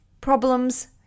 problems